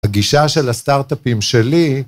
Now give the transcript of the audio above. הגישה של הסטארטאפים שלי